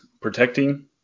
protecting